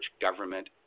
government